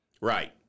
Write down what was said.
right